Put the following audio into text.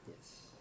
Yes